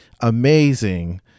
amazing